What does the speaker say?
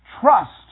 trust